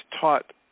taught